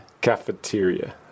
Cafeteria